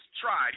tried